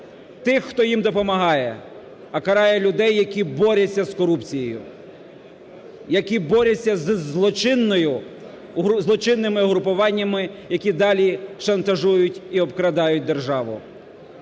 ті, хто їм допомагає, а карає людей, які борються з корупцією, які борються зі злочинними угрупуваннями, які далі шантажують і обкрадають державу.